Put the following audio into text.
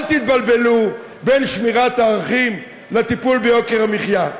אל תבלבלו בין שמירת ערכים לטיפול ביוקר המחיה.